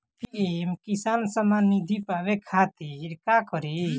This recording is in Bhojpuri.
पी.एम किसान समान निधी पावे खातिर का करी?